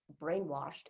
brainwashed